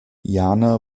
jana